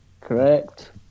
Correct